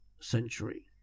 century